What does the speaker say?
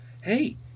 hey